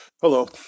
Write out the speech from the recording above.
Hello